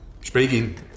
Speaking